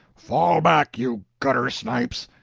fall back, you gutter-snipes!